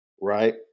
right